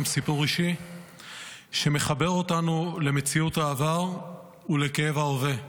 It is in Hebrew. סיפור אישי שמחבר אותנו למציאות העבר ולכאב ההווה.